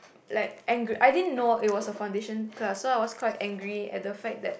like angry I didn't know it was a foundation class so I was quite angry at the fact that